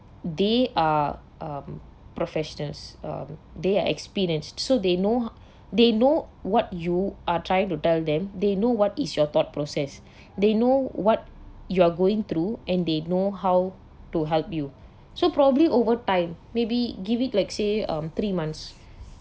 they are um professionals um they are experienced so they know they know what you are trying to tell them they know what is your thought process they know what you're going through and they know how to help you so probably over time maybe give it say um three months